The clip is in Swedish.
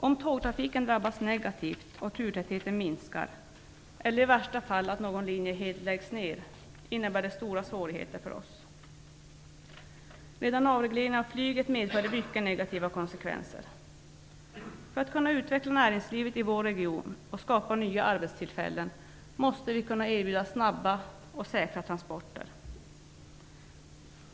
Om tågtrafiken drabbas och turtätheten minskar, eller i värsta fall om någon linje helt läggs ned, innebär det stora svårigheter för oss. Redan avregleringen av flyget fick mycket negativa konsekvenser. För att kunna utveckla näringslivet i vår region och skapa nya arbetstillfällen måste vi kunna erbjuda snabba och säkra transporter.